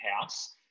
house